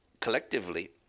collectively